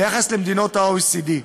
ביחס למדינות ה-OECD,